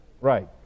Right